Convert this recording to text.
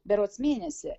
berods mėnesį